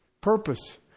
purpose